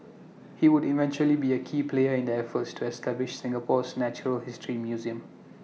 he would eventually be A key player in the efforts to establish Singapore's natural history museum